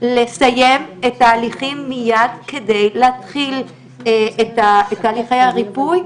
לסיים את ההליכים מיד כדי להתחיל את תהליכי הריפוי,